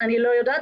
אני לא יודעת,